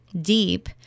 deep